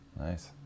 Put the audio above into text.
Nice